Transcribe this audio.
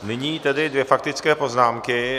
Nyní dvě faktické poznámky.